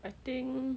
I think